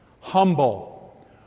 humble